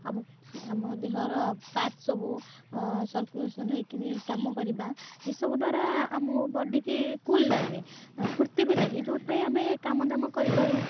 ଆମ ଆମ ଦେହର ପାର୍ଟ୍ ସବୁ ସରକ୍ୟୁଲେସନ୍ ହେଇକିରି କାମ କରିବା ଏସବୁ ଦ୍ଵାରା ଆମ ବଡ଼ିକି କୁଲ୍ ଲାଗେ ଫୁର୍ତ୍ତି ବି ଲାଗେ ଯେଉଁଥିପାଇଁ ଆମେ କାମ ଧାମ କରିପାରୁ